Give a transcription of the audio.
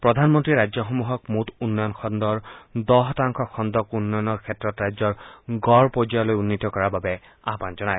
প্ৰধানমন্ত্ৰীয়ে ৰাজ্যসমূহক মুঠ উন্নয়ন খণ্ডৰ দহ শতাংশ খণ্ডক উন্নয়নৰ ক্ষেত্ৰত ৰাজ্যৰ গড় পৰ্যায়লৈ উন্নীত কৰাৰ বাবে আহান জনায়